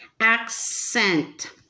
accent